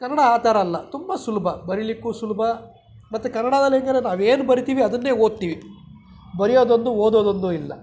ಕನ್ನಡ ಆ ಥರ ಅಲ್ಲ ತುಂಬ ಸುಲಭ ಬರೀಲಿಕ್ಕೂ ಸುಲಭ ಮತ್ತು ಕನ್ನಡದಲ್ಲಿ ಹೆಂಗಂದ್ರೆ ನಾವು ಏನು ಬರೀತೀವಿ ಅದನ್ನೆ ಓದ್ತೀವಿ ಬರಿಯೋದೊಂದು ಓದೋದೊಂದು ಇಲ್ಲ